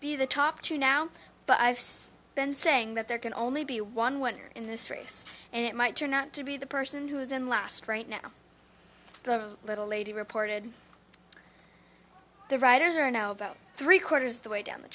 be the top two now but i've been saying that there can only be one winner in this race and it might turn out to be the person who is in last right now the little lady reported the writers are now about three quarters of the way down the